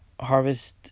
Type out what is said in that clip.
harvest